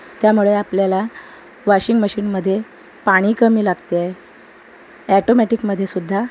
त्यामुळे आपल्याला वॉशिंग मशीनमध्ये पाणी कमी लागते अॅटोमॅटिकमध्ये सुद्धा